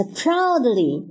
proudly